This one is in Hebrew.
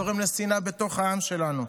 שגורם לשנאה בתוך העם שלנו.